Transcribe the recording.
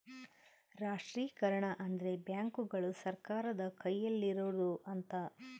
ರಾಷ್ಟ್ರೀಕರಣ ಅಂದ್ರೆ ಬ್ಯಾಂಕುಗಳು ಸರ್ಕಾರದ ಕೈಯಲ್ಲಿರೋಡು ಅಂತ